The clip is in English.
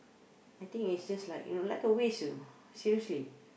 I think is just like you know like a waste you know seriously